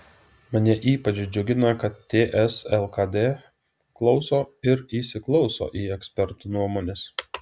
mane ypač džiugina kad ts lkd klauso ir įsiklauso į ekspertų nuomones